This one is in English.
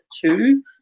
two